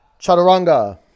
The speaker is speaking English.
Chaturanga